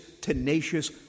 tenacious